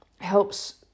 helps